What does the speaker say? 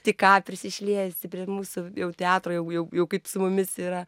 tai ką prisišliejusi prie mūsų teatro jau jau jau kaip su mumis yra